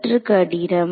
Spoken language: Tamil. சற்று கடினம்